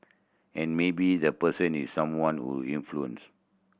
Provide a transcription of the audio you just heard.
and maybe the person is someone of influence